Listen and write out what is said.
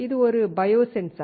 இது ஒரு bio sensor